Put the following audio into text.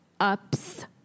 ups